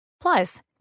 Plus